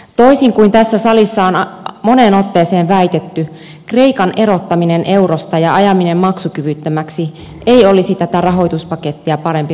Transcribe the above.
toisin kuin tässä salissa on moneen otteeseen väitetty kreikan erottaminen eurosta ja ajaminen maksukyvyttömäksi ei olisi tätä rahoituspakettia parempi ratkaisu